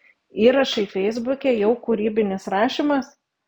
įrašai feisbuke jau kūrybinis rašymas